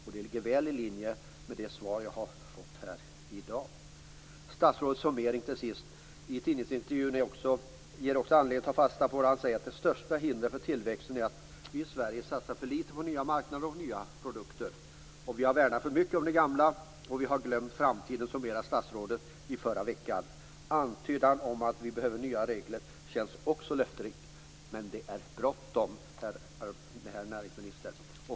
Detta ligger väl i linje med det svar som jag har fått här i dag. Statsrådets summering i tidningsintervjun finns det till sist också anledning att ta fasta på. Han säger att det största hindret för tillväxten är att vi i Sverige satsar för lite på nya marknader och nya produkter. Vi har värnat för mycket om det gamla och vi har glömt framtiden. Så summerade statsrådet i förra veckan. Antydan om att vi behöver nya regler känns också löftesrik. Men det är bråttom, herr näringsminister!